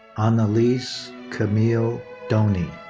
analise camille doney.